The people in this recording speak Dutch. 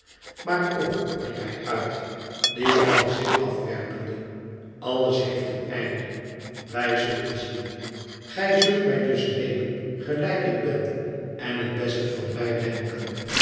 maar kom riep hij uit die van zich afwerpende alles heeft een einde wij zullen zien gij zult mij dus nemen gelijk ik ben en het beste van mij denken